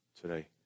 today